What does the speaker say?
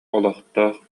олохтоох